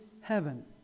heaven